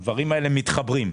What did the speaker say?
הדברים האלה מתחברים.